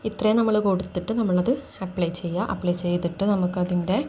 ഇത്രയും നമ്മള് കൊടുത്തിട്ട് നമ്മളത് അപ്ലൈ ചെയ്യുക അപ്ലൈ ചെയ്തിട്ട് നമുക്കതിൻ്റെ